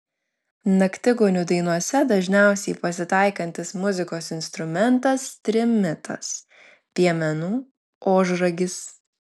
naktigonių dainose dažniausiai pasitaikantis muzikos instrumentas trimitas piemenų ožragis